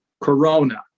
corona